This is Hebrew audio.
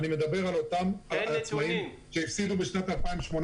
אני מדבר על אותם עצמאים שהפסידו בשנת 2018,